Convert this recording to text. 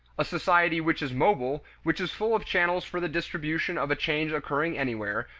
a society which is mobile, which is full of channels for the distribution of a change occurring anywhere,